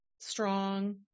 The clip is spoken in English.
Strong